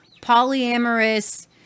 polyamorous